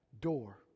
door